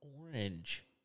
orange